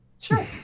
Sure